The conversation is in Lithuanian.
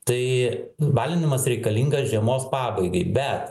tai balinimas reikalingas žiemos pabaigai bet